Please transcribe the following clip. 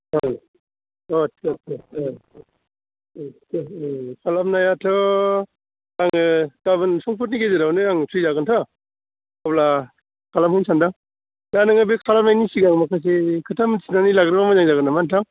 औ अ आटसा आटसा खालामनायाथ' आङो गाबोन समफोरनि गेजेरावनो आङो फ्रि जागोनथ' अब्ला खालामनो सानदां ना नोङो बे खालामनायनि सिगांनो माखासे खोथा मोनथिनानै लाग्रोबा मोजां जागोन नामा नोंथां